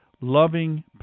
loving